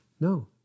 No